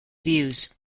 views